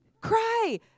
cry